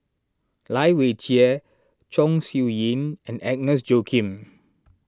Lai Weijie Chong Siew Ying and Agnes Joaquim